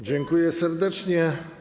Dziękuję serdecznie.